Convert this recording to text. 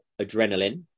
adrenaline